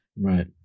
right